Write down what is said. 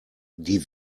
die